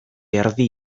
erdi